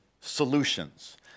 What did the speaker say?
solutions